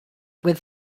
with